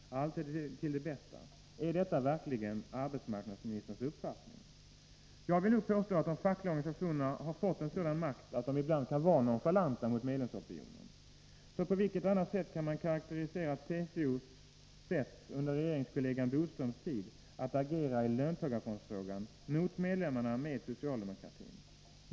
Allt är så bra det kan vara. Är detta verkligen arbetsmarknadsministerns uppfattning? Jag vill nog påstå att de fackliga organisationerna har fått en sådan makt att de ibland kan vara nonchalanta mot medlemsopinionen. På vilket annat sätt kan man karakterisera TCO:s sätt, under regeringskollegan Bodströms tid, att agera i löntagarfondsfrågan — mot medlemmarna, med socialdemokratin.